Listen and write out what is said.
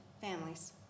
families